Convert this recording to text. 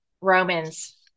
Romans